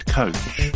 coach